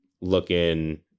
looking